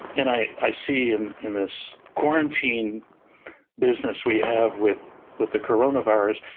and i i see in in this quarantine business we have with with the coronavirus,